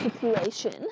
situation